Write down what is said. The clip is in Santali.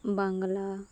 ᱵᱟᱝᱞᱟ